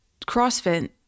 CrossFit